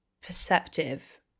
perceptive